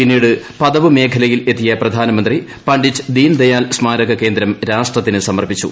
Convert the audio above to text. പിന്നീട് പദവ് മേഖലയിലെത്തിയ പ്രധാനമന്ത്രി പണ്ഡിറ്റ് മീനദയാൽ സ്മാരക കേന്ദ്രം രാഷ്ട്രത്തിന് സമർപ്പിച്ചു